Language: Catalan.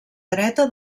dreta